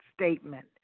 statement